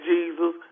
Jesus